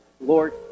Lord